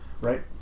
Right